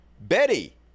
betty